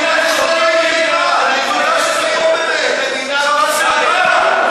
מדינת ישראל לא התקיימה.